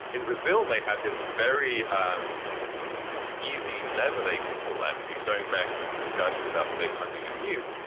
in brazil, they had this very um easy lever they could pull actually going back to the discussion about state funding of news.